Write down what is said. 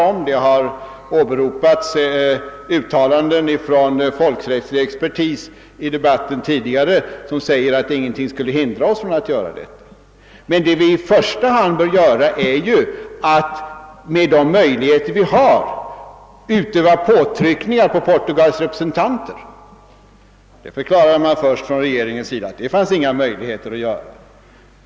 Det har i tidigare debatter åberopats uttalanden från folkrättslig expertis, enligt vilka ingenting skulle hindra oss att göra det. Vi bör med de möjligheter som står oss till buds utöva påtryckningar på Portugals representanter. Först förklarar man från regeringens sida att det inte finns några sådana möjligheter.